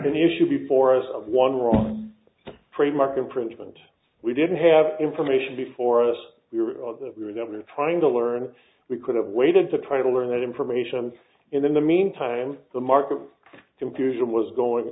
an issue before us of one or trademark infringement we didn't have information before us we were on that we were never trying to learn we could have waited to try to learn that information in the meantime the mark of confusion was going